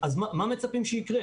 מה מצפים שיקרה,